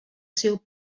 seu